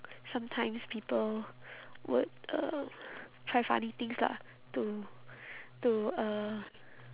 sometimes people would um try funny things lah to to uh